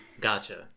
Gotcha